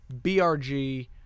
BRG